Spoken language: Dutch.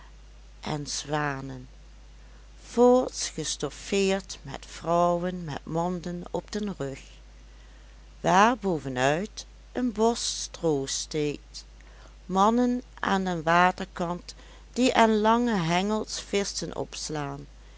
en zwanen voorts gestoffeerd met vrouwen met manden op den rug waar bovenuit een bos stroo steekt mannen aan den waterkant die aan lange hengels visschen opslaan